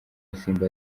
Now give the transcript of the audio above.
isimbi